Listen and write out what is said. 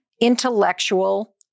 intellectual